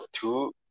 Two